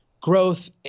growth